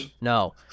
No